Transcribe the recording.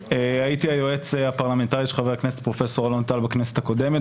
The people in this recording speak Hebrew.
הייתי היועץ הפרלמנטרי של חבר הכנסת פרופ' אלון טל בכנסת הקודמת